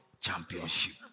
championship